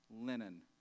linen